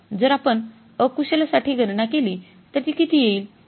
जर आपण अकुशल साठी गणना केली तर ती किती येईल